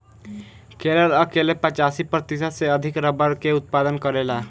केरल अकेले पचासी प्रतिशत से अधिक रबड़ के उत्पादन करेला